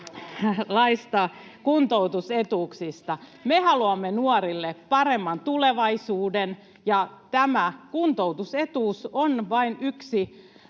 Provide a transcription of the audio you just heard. Me haluamme nuorille paremman tulevaisuuden, ja tämä kuntoutusetuus on vain yksi